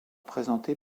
présentés